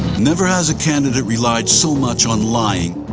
never has candidate relied so much on lying.